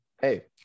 Hey